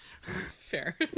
Fair